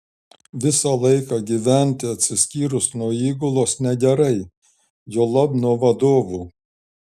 visą laiką gyventi atsiskyrus nuo įgulos negerai juolab nuo vadovų